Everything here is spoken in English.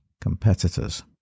competitors